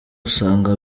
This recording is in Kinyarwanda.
usanga